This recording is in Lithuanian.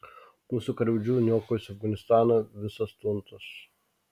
mūsų karvedžių niokojusių afganistaną visas tuntas